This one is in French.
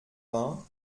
vingt